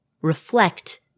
reflect